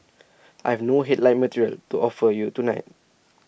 I've no headline material to offer you tonight